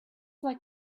like